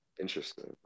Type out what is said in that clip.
Interesting